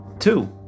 Two